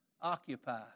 Occupy